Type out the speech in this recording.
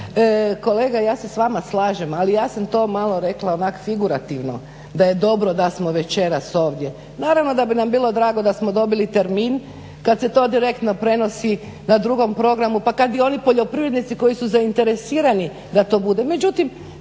Kolega ja se s vama slažem, ali ja sam to malo rekla onak figurativno, da je dobro da smo večeras ovdje. Naravno da bi nam bilo drago da smo dobili termin kad se to direktno prenosi na drugom programu, pa kad bi oni poljoprivrednici koji su zainteresirani da to bude.